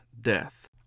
death